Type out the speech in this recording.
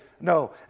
no